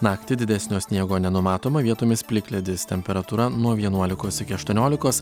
naktį didesnio sniego nenumatoma vietomis plikledis temperatūra nuo vienuolikos iki aštuoniolikos